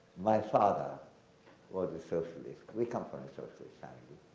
my father was a socialist. we come from a socialist family.